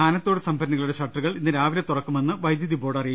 കക്കി ആനത്തോട് സംഭരണികളുടെ ഷട്ടറുകൾ ഇന്ന് രാവിലെ തുറക്കുമെന്ന് വൈദ്യുതി ബോർഡ് അറിയിച്ചു